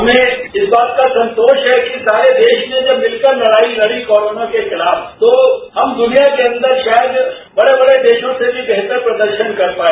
हमें इस बात का संतोष है कि सारे देश ने जब मिलकर लडाई लड़ी कोरोना के खिलाफ तो हम दुनिया के अंदर शायद बड़े बड़े देशों से भी बेहतर प्रदर्शन कर पाए